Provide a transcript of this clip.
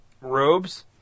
robes